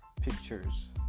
pictures